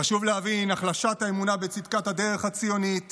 חשוב להבין: החלשת האמונה בצדקת הדרך הציונית